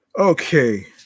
Okay